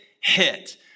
hit